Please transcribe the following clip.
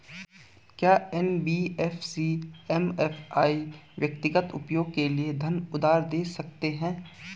क्या NBFC MFI व्यक्तिगत उपयोग के लिए धन उधार दें सकते हैं?